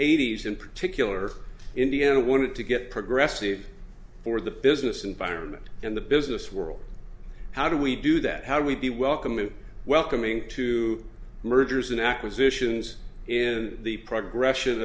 eighty's in particular india and wanted to get progressive for the business environment and the business world how do we do that how do we be welcoming welcoming to mergers and acquisitions in the progression